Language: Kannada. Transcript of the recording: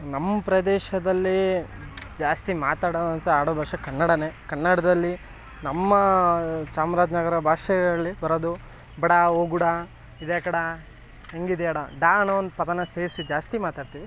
ನಮ್ಮ ಪ್ರದೇಶದಲ್ಲಿ ಜಾಸ್ತಿ ಮಾತಾಡುವಂಥ ಆಡುಭಾಷೆ ಕನ್ನಡವೇ ಕನ್ನಡದಲ್ಲಿ ನಮ್ಮ ಚಾಮರಾಜನಗರ ಭಾಷೆಗಳಲ್ಲಿ ಬರೋದು ಬಾಡ ಹೋಗುಡ ಇದೆಕ್ಕಡ ಹೇಗಿದಿಯಡ ಡ ಅನ್ನೋ ಒಂದು ಪದನ ಸೇರಿಸಿ ಜಾಸ್ತಿ ಮಾತಾಡ್ತೀವಿ